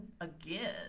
again